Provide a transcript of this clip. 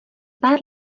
pár